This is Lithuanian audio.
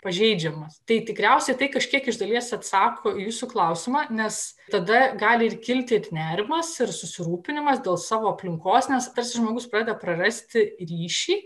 pažeidžiamas tai tikriausiai tai kažkiek iš dalies atsako į jūsų klausimą nes tada gali ir kilti nerimas ir susirūpinimas dėl savo aplinkos nes tas žmogus pradeda prarasti ryšį